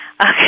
okay